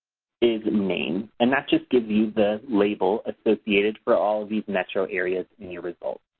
is name. and that just gives you the label associated for all these metro areas in your results.